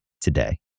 today